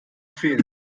fehlen